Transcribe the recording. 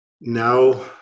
Now